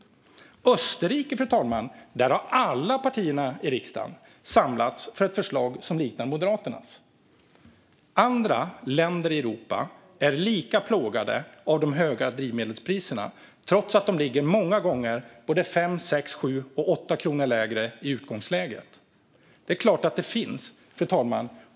I Österrike, fru talman, har alla partier i parlamentet samlats för ett förslag som liknar Moderaternas. Andra länder i Europa är lika plågade av de höga drivmedelspriserna trots att de många gånger ligger 5-8 kronor lägre i utgångsläget.